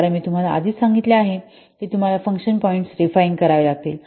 कारण मी तुम्हाला आधीच सांगितले आहे की तुम्हाला फंक्शन पॉईंट्स रिफाइन करावे लागतील